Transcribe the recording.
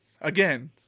again